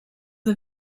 the